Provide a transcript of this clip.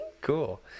Cool